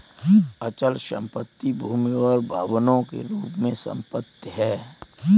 अचल संपत्ति भूमि और भवनों के रूप में संपत्ति है